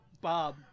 Bob